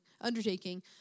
undertaking